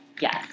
Yes